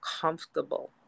comfortable